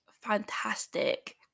fantastic